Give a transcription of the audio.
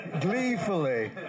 gleefully